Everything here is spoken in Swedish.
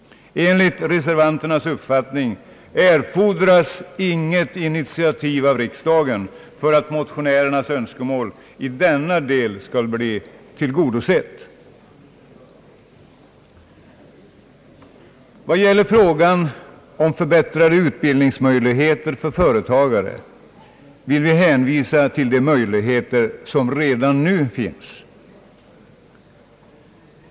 Enligt reservanternas uppfattning erfordras inget initiativ av riksdagen för att motionärernas önskemål i denna del skall bli tillgodosett. Vad gäller frågan om förbättrade utbildningsmöjligheter för företagare, vill vi hänvisa till de möjligheter som redan finns.